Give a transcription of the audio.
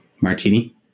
Martini